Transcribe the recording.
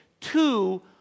two